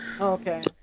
Okay